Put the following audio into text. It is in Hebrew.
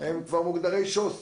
הם כבר מוגדרי שו"ס